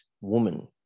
woman